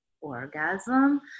orgasm